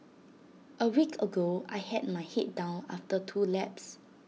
A week ago I had my Head down after two laps